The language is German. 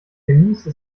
denise